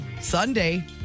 Sunday